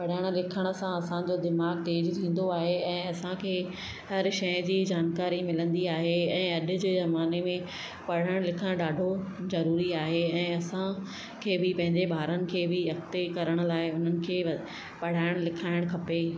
पढ़णु लिखण सां असांजो दिमाग तेज़ थींदो आहे ऐं असांखे हर शइ जी जानकारी मिलंदी आहे ऐं अॼु जे ज़माने में पढ़णु लिखणु ॾाढो ज़रूरी आहे ऐं असांखे बि पंहिंजे ॿारनि खे बि अॻिते करण लाइ उन्हनि खे पढ़ाइणु लिखाइणु खपे